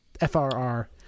F-R-R